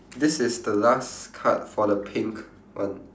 this is the last card for the pink one